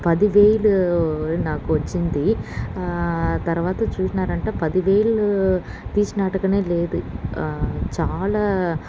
పదివేలు నాకు వచ్చింది తర్వాత చూసినారంటే పదివేలు తీసినట్టుగానే లేదు చాలా